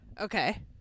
Okay